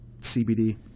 CBD